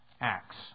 Acts